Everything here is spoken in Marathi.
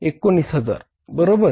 19000 बरोबर